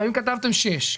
כתבתם שש.